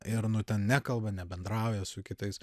ir nu ten nekalba nebendrauja su kitais